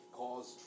cause